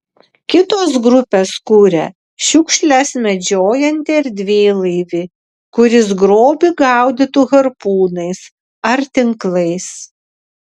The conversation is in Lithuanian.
kitos grupės kuria šiukšles medžiojantį erdvėlaivį kuris grobį gaudytų harpūnais ar tinklais